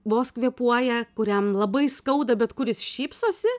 vos kvėpuoja kuriam labai skauda bet kuris šypsosi